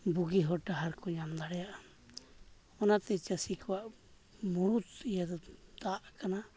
ᱵᱩᱜᱤ ᱦᱚᱨ ᱰᱟᱦᱟᱨ ᱠᱚ ᱧᱟᱢ ᱫᱟᱲᱮᱭᱟᱜᱼᱟ ᱚᱱᱟᱛᱮ ᱪᱟᱹᱥᱤ ᱠᱚᱣᱟᱜ ᱢᱩᱲᱩᱫ ᱤᱭᱟᱹ ᱫᱚ ᱫᱟᱜ ᱠᱟᱱᱟ